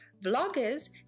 Vloggers